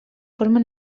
forma